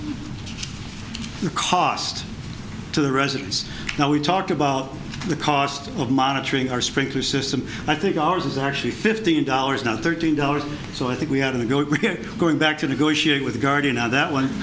the cost to the residents now we talk about the cost of monitoring our sprinkler system i think ours is actually fifteen dollars not thirteen dollars so i think we had to go going back to negotiate with the guardian on that one